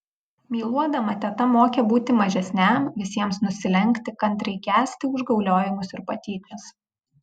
myluodama teta mokė būti mažesniam visiems nusilenkti kantriai kęsti užgauliojimus ir patyčias